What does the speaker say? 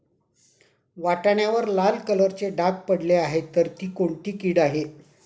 वाटाण्यावर लाल कलरचे डाग पडले आहे तर ती कोणती कीड आहे?